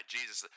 Jesus